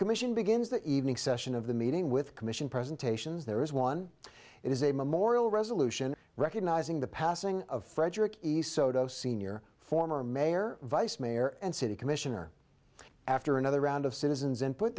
commission begins the evening session of the meeting with commission presentations there is one is a memorial resolution recognizing the passing of frederick east sotto senior former mayor vice mayor and city commissioner after another round of citizens and put